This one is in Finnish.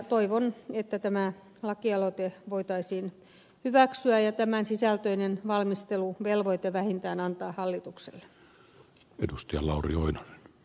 toivon että tämä lakialoite voitaisiin hyväksyä ja tämän sisältöinen valmisteluvelvoite vähintään antaa hallitukselle